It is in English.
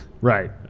Right